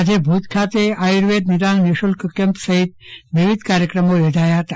આજે ભુજ ખાતે આયુર્વેદ નિદાન નિઃશુલ્ક કેમ્પ સહિત વિવિધ કાર્યક્રમો યોજાયા હતા